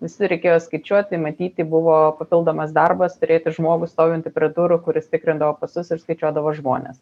visur reikėjo skaičiuoti matyti buvo papildomas darbas turėti žmogų stovintį prie durų kuris tikrindavo pasus ir skaičiuodavo žmones